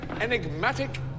enigmatic